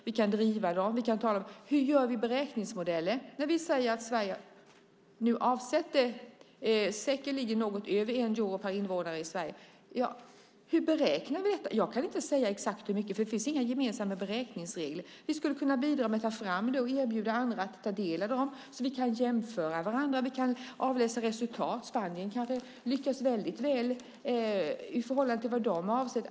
Vi kan driva den. Hur gör vi beräkningsmodeller när vi säger att Sverige säkerligen avsätter något över 1 euro per invånare? Hur beräknar vi detta? Jag kan inte säga exakt hur mycket det blir, för det finns inga gemensamma beräkningsregler. Vi skulle kunna bidra med att ta fram sådana och erbjuda andra att ta del av dem så att vi kunde jämföra med varandra och avläsa resultaten. Spanien kanske lyckas väldigt väl i förhållande till vad de avsätter.